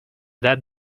that